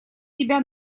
тебя